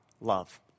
love